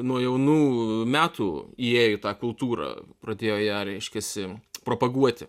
nuo jaunų metų įėjo į tą kultūrą pradėjo ją reiškiasi propaguoti